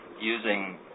using